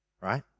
right